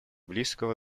близкого